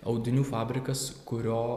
audinių fabrikas kurio